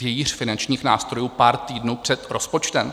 Vějíř finančních nástrojů pár týdnů před rozpočtem?